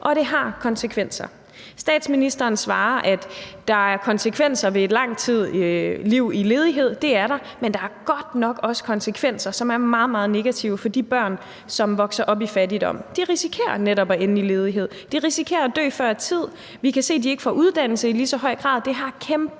og det har konsekvenser. Statsministeren svarer, at der er konsekvenser ved et langt liv i ledighed. Det er der, men der er godt nok også konsekvenser, som er meget, meget negative, for de børn, som vokser op i fattigdom. De risikerer netop at ende i ledighed; de risikerer at dø før tid; vi kan se, at de ikke får uddannelse i lige så høj grad. Det har kæmpestore